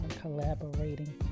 collaborating